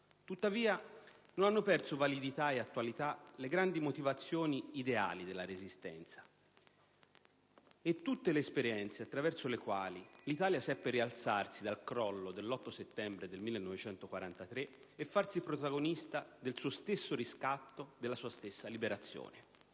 Tuttavia, non hanno perso validità e attualità le grandi motivazioni ideali della Resistenza e tutte le esperienze attraverso le quali l'Italia seppe rialzarsi dal crollo dell'8 settembre 1943 e farsi protagonista del suo stesso riscatto, della sua stessa liberazione.